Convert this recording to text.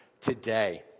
today